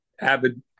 avid